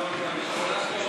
התשע"ה 2015,